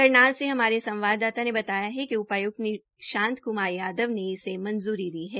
करनाल से हमारे संवाददाता ने बताया कि उपाय्क्त निशांत क्मार यादव ने इसे मंजूरी दी है